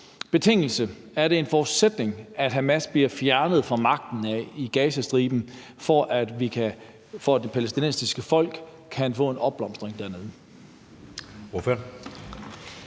Gaza? Eller er det en forudsætning, at Hamas bliver fjernet fra magten i Gazastriben, for at det palæstinensiske folk kan få en opblomstring dernede?